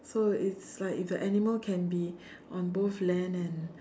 so it's like it's a animal can be on both land and